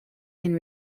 and